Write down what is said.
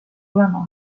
olema